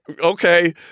okay